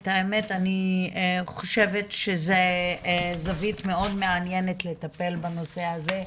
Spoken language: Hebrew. את האמת אני חושבת שזו זווית מאוד מעניינת לטפל בנושא הזה,